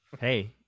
Hey